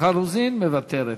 מיכל רוזין, מוותרת.